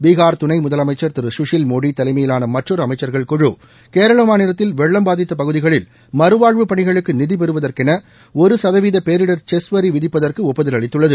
பீகா் துணை முதலமைச்சா் திரு குஷில் மோடி தலைமையிலான மற்றொரு அமைச்சா்கள் குழு கேரள மாநிலத்தில் வெள்ளம் பாதித்த பகுதிகளில் மறுவாழ்வு பணிகளுக்கு நிதி பெறுவதற்கென ஒரு சதவீத பேரிடர் செஸ் வரி விதிப்பதற்கு ஒப்புதல் அளித்துள்ளது